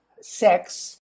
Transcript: sex